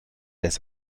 des